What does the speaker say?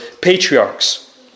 patriarchs